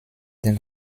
den